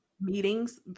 meetings